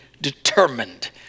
determined